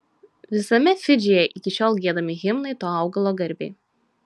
visame fidžyje iki šiol giedami himnai to augalo garbei